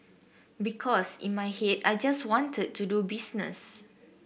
because in my head I just wanted to do business